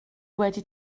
wedi